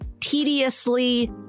tediously